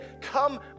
come